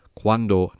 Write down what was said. quando